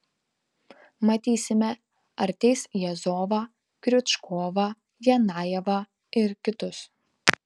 matysime ar teis jazovą kriučkovą janajevą ir kitus